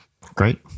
Great